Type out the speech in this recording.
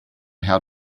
how